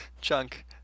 Chunk